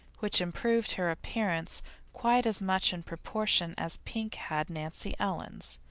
which improved her appearance quite as much in proportion as pink had nancy ellen's